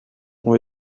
ont